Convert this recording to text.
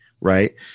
right